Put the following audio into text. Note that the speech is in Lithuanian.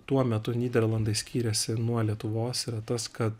tuo metu nyderlandai skyrėsi nuo lietuvos yra tas kad